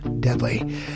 deadly